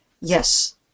yes